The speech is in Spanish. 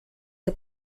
que